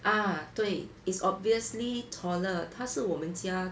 ah 对 is obviously taller 他是我们家